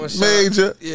Major